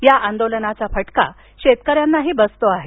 या आंदोलनाचा फटका शेतकऱ्यांनाही बसतो आहे